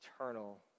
eternal